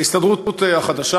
ההסתדרות החדשה,